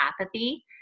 apathy